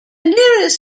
nearest